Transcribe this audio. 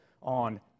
on